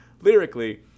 lyrically